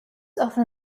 often